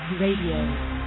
Radio